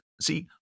see